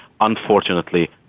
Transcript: unfortunately